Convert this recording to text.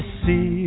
see